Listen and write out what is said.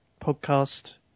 podcast